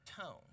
tone